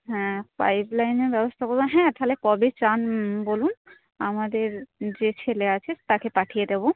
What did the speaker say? হ্যাঁ পাইপলাইনের ব্যবস্থা করবেন হ্যাঁ তাহলে কবে চান বলুন আমাদের যে ছেলে আছে তাকে পাঠিয়ে দেব